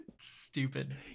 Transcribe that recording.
Stupid